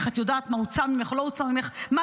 איך את יודעת מה הוצא ממך, לא הוצא ממך.